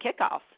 kickoff